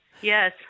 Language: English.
yes